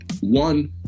one